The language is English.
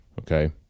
Okay